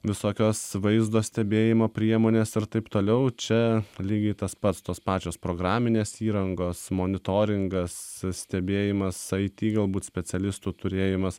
visokios vaizdo stebėjimo priemonės ir taip toliau čia lygiai tas pats tos pačios programinės įrangos monitoringas stebėjimas it gal būt specialistų turėjimas